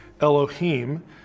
Elohim